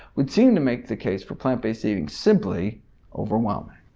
would seem to make the case for plant-based eating simply overwhelming.